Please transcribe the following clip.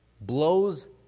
Blows